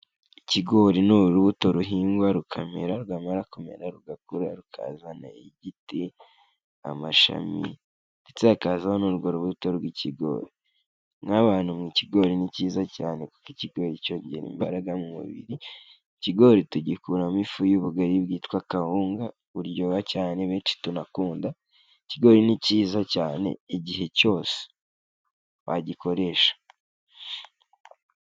Ikigori ni urubuto ruhingwa rukamera rwamara kumera rugakura rukazana igiti, amashami ndetse hakazaho n'urwo rubuto rw'ikigori. Mwa bantu mwe ikigori ni cyiza cyane, kuko ikigori cyongera imbaraga mu mubiri, ikigori tugikuramo ifu y'ubugari bwitwa kawunga, buryoha cyane benshi tunakunda, ikigori ni cyiza cyane igihe cyose wagikoresha.